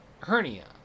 hernia